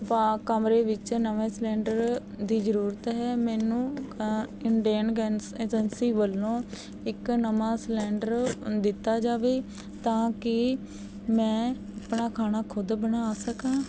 ਬ ਕਮਰੇ ਵਿੱਚ ਨਵੇਂ ਸਿਲੰਡਰ ਦੀ ਜ਼ਰੂਰਤ ਹੈ ਮੈਨੂੰ ਇਨਡੇਨ ਗੈਂਸ ਏਜੰਸੀ ਵੱਲੋਂ ਇੱਕ ਨਵਾਂ ਸਿਲੰਡਰ ਅ ਦਿੱਤਾ ਜਾਵੇ ਤਾਂ ਕਿ ਮੈਂ ਆਪਣਾ ਖਾਣਾ ਖੁਦ ਬਣਾ ਸਕਾਂ